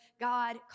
God